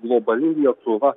globali lietuva